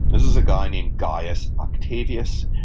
this is a guy named gaius octavius.